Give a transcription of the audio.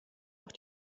auch